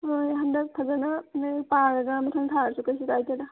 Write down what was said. ꯍꯣꯏ ꯍꯟꯗꯛ ꯐꯖꯅ ꯂꯥꯏꯔꯤꯛ ꯄꯥꯔꯒ ꯃꯊꯪ ꯊꯥꯔꯁꯨ ꯀꯩꯁꯨ ꯀꯥꯏꯗꯦꯗ